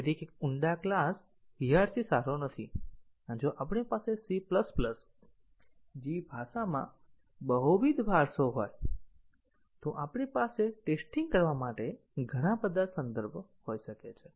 એક ઊંડા class hierarchy સારો નથી અને જો આપણી પાસે C જેવી ભાષામાં બહુવિધ વારસો હોય તો આપણી પાસે ટેસ્ટીંગ કરવા માટે ઘણા બધા સંદર્ભ હોઈ શકે છે